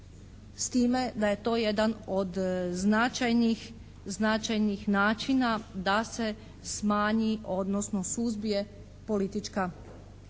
s time da je to jedan od značajnih, značajnih načina da se smanji odnosno suzbije politička,